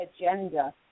agenda